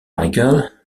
michael